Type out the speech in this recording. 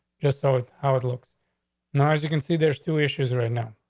just so how it looks now. as you can see, there's two issues right now.